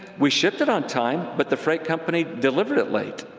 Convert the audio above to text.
we shipped it on time, but the freight company delivered it late.